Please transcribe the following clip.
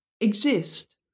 exist